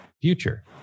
future